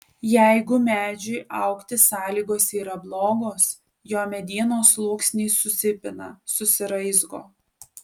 jeigu medžiui augti sąlygos yra blogos jo medienos sluoksniai susipina susiraizgo